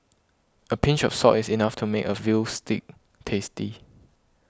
a pinch of salt is enough to make a Veal Stew tasty